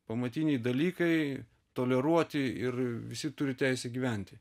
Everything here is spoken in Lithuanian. pamatiniai dalykai toleruoti ir visi turi teisę gyventi